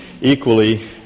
equally